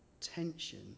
tension